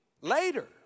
later